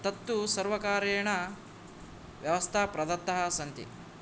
तत्तु सर्वकारेण व्यवस्थाः प्रदत्ताः सन्ति